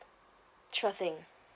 sure thing